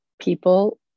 people